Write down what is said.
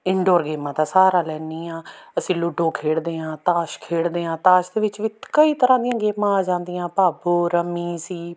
indoor ਗੇਮਾਂ ਦਾ ਸਹਾਰਾ ਲੈਂਦੀ ਹਾਂ ਅਸੀਂ ਲੂਡੋ ਖੇਡਦੇ ਹਾਂ ਤਾਸ਼ ਖੇਡਦੇ ਹਾਂ ਤਾਸ਼ ਦੇ ਵਿੱਚ ਵੀ ਕਈ ਤਰ੍ਹਾਂ ਦੀਆਂ ਗੇਮਾਂ ਆ ਜਾਂਦੀਆਂ ਭਾਬੋ ਰੰਮੀ ਸੀਪ